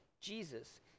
Jesus